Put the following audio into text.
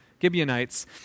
Gibeonites